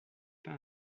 pas